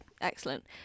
excellent